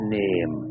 name